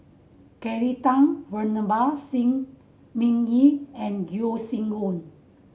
Kelly Tang Venerable Shi Ming Yi and Yeo Shih Yun